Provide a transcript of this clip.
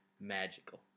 magical